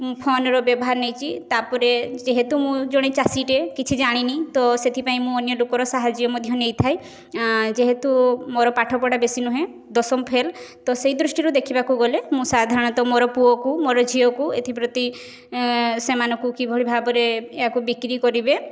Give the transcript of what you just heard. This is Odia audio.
ମୁଁ ଫୋନ୍ର ବ୍ୟବହାର ନେଇଛି ତାପରେ ଯେହେତୁ ମୁଁ ଜଣେ ଚାଷିଟେ କିଛି ଜାଣିନି ତ ସେଥିପାଇଁ ମୁଁ ଅନ୍ୟ ଲୋକର ସାହାଯ୍ୟ ମଧ୍ୟ ନେଇଥାଏ ଯେହେତୁ ମୋର ପାଠ ପଢ଼ା ବେଶୀ ନୁହେଁ ଦଶମ ଫେଲ୍ ତ ସେହି ଦୃଷ୍ଟିରୁ ଦେଖିବାକୁ ଗଲେ ମୁଁ ସାଧାରଣତଃ ମୋର ପୁଅକୁ ମୋର ଝିଅକୁ ଏଥିପ୍ରତି ସେମାନଙ୍କୁ କିଭଳି ଭାବରେ ୟାକୁ ବିକ୍ରୀ କରିବେ